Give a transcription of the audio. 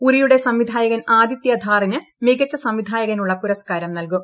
ഉറിയുടെ സംവിധായകൻ ആദിത്യ ധാറിന് മികച്ച സംവിധായകനുളള പുരസ്കാരം നല്കും